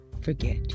forget